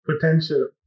potential